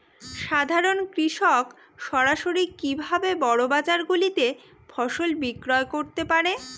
সাধারন কৃষক সরাসরি কি ভাবে বড় বাজার গুলিতে ফসল বিক্রয় করতে পারে?